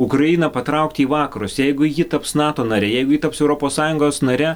ukrainą patraukti į vakarus jeigu ji taps nato nare jeigu ji taps europos sąjungos nare